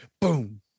boom